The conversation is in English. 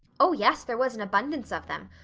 oh, yes, there was an abundance of them.